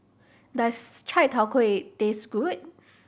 does Chai Tow Kuay taste good